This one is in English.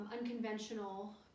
unconventional